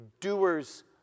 doers